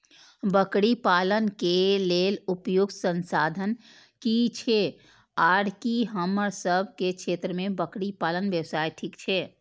बकरी पालन के लेल उपयुक्त संसाधन की छै आर की हमर सब के क्षेत्र में बकरी पालन व्यवसाय ठीक छै?